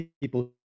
people